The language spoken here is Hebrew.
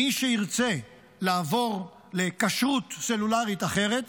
מי שירצה לעבור לכשרות סלולרית אחרת,